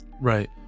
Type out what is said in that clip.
Right